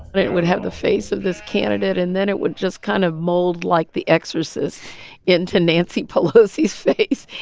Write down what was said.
but it would have the face of this candidate. and then it would just kind of mold like the exorcist into nancy pelosi's face.